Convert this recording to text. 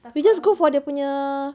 just go for dia punya